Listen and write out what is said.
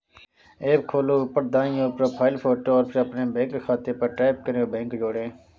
app खोलो, ऊपर दाईं ओर, प्रोफ़ाइल फ़ोटो और फिर अपने बैंक खाते पर टैप करें और बैंक जोड़ें